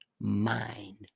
mind